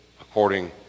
according